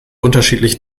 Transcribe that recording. unterschiedlich